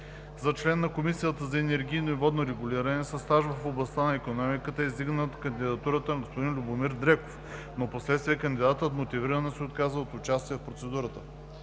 За член на Комисията за енергийно и водно регулиране със стаж в областта на икономиката е издигната кандидатурата на господин Любомир Дреков, но впоследствие кандидатът мотивирано се отказва от участие в процедурата.